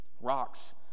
rocks